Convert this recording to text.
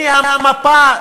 הנה המפה,